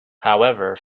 however